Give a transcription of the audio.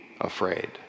afraid